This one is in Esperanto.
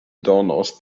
donos